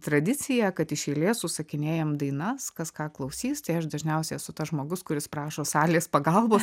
tradiciją kad iš eilės užsakinėjam dainas kas ką klausys tai aš dažniausiai esu tas žmogus kuris prašo salės pagalbos